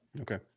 Okay